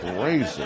crazy